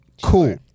Cool